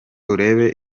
urebe